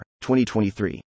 2023